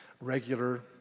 regular